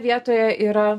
vietoje yra